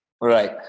Right